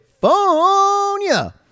California